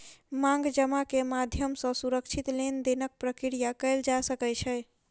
मांग जमा के माध्यम सॅ सुरक्षित लेन देनक प्रक्रिया कयल जा सकै छै